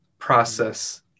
process